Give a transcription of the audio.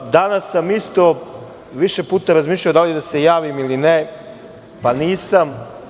Danas sam isto više puta razmišljao da li da se javim ili ne, pa nisam.